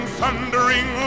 thundering